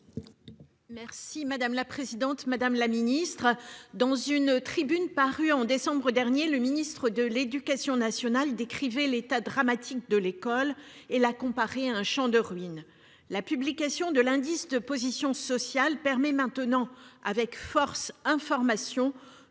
Merci madame la présidente, madame la ministre, dans une tribune parue en décembre dernier, le ministre de l'Éducation nationale. L'état dramatique de l'école et la comparer un Champ de ruines. La publication de l'indice de position sociale permet maintenant avec force information